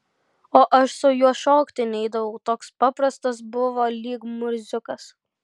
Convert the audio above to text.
o aš su juo šokti neidavau toks paprastas buvo lyg murziukas